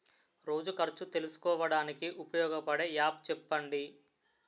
రోజు ఖర్చు తెలుసుకోవడానికి ఉపయోగపడే యాప్ చెప్పండీ?